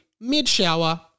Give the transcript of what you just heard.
mid-shower